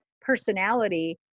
personality